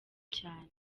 cyane